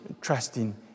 trusting